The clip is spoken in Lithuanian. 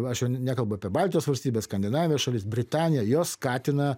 aš jau nekalbu apie baltijos valstybes skandinavijos šalis britanija jos skatina